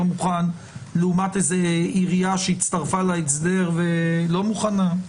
מוכן לעומת איזה עירייה שהצטרפה להסדר והיא לא מוכנה?